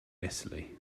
italy